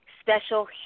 special